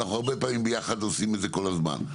אנחנו הרבה פעמים ביחד עושים את זה כל הזמן.